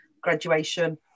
graduation